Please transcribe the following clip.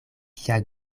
kia